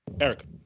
Eric